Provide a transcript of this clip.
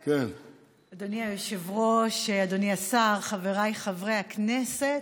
אדוני היושב-ראש, אדוני השר, חבריי חברי הכנסת.